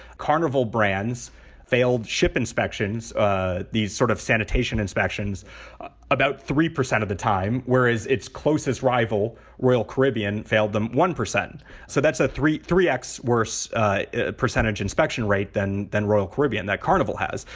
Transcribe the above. carnival brands failed ship inspections, ah these sort of sanitation inspections about three percent of the time, whereas its closest rival, royal caribbean, failed them one percent. and so that's a three three x worse percentage inspection rate than than royal caribbean that carnival has.